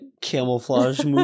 Camouflage